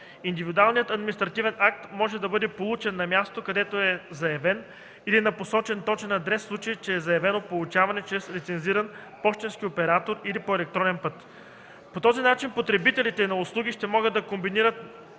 Индивидуалният административен акт може да бъде получен на мястото, където е заявен, или на посочен точен адрес, в случай че е заявено получаване чрез лицензиран пощенски оператор или по електронен път. По този начин потребителите на услуги ще могат да комбинират